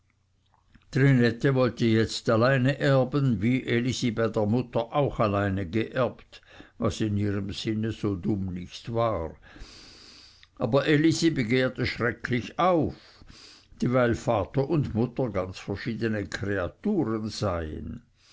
trinette wollte jetzt alleine erben wie elisi bei der mutter auch alleine geerbt was in ihrem sinne so dumm nicht war aber elisi begehrte schrecklich auf dieweil vater und mutter ganz verschiedene kreaturen seien